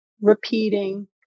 repeating